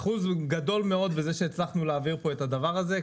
אחוז גדול מאוד בזה שהצלחנו להעביר פה את הדבר הזה.